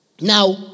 Now